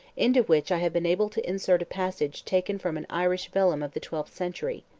into which i have been able to insert a passage taken from an irish vellum of the twelfth century.